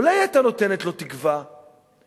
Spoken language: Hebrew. אולי היתה נותנת לו תקווה שהנה,